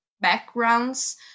backgrounds